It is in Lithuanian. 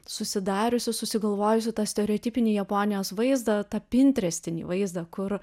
susidariusiusi susigalvojusi tą stereotipinį japonijos vaizdą tą pintrestinį vaizdą kur